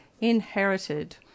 inherited